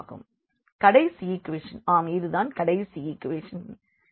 எனவே கடைசி ஈக்குவேஷன் ஆம் இது தான் கடைசி ஈக்குவேஷன் 3x36 என்பதாகும்